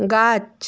গাছ